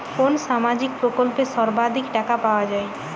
কোন সামাজিক প্রকল্পে সর্বাধিক টাকা পাওয়া য়ায়?